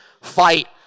fight